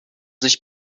sich